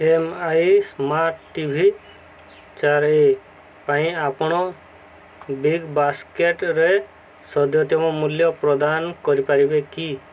M I smart TV ଚାରିଏ ପାଇଁ ଆପଣ ବିଗ୍ବାସ୍କେଟ୍ରେ ସଦ୍ୟତମ ମୂଲ୍ୟ ପ୍ରଦାନ କରିପାରିବେ କି